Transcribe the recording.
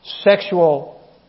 sexual